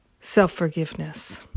self-forgiveness